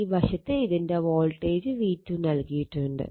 ഈ വശത്ത് ഇതിന്റെ വോൾട്ടേജ് v2 നൽകിയിട്ടുണ്ട്